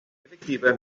efektive